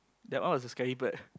that one was the scary part